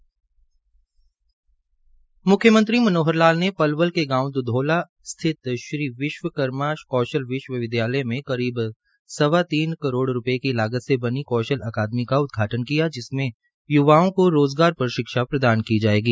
म्ख्यमंत्री मनोहर लाल ने पलवल के गांव द्धौला स्थित श्री विश्वकर्मा विश्वविद्यालय में करीब सवा तीन करोड़ रूपये की लागत से बनी कौशल अकादमी का उदघाटन किया जिसमें य्वाओं को रोज़गार पर शिक्षा प्रदान की जायेगी